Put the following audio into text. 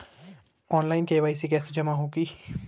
Online KYC कैसे जमा होगी?